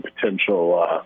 potential